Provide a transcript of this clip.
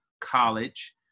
college